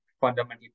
fundamental